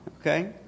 Okay